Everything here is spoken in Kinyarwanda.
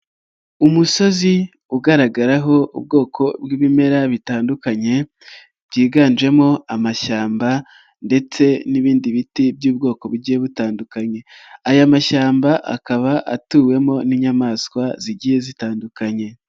Umusozi ugaragaraho ubwoko bw'ibimera bitandukanye byiganjemo amashyamba ndetse n'ibindi biti by'ubwoko bugiye butandukanye, aya mashyamba akaba atuwemo n'inyamaswa zigiye zitandukanye.